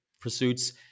pursuits